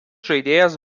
žaidėjas